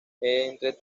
entre